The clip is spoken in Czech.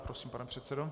Prosím, pane předsedo.